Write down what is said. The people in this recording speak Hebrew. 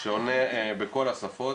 יש להם מוקד במשרד שעונה בכל השפות.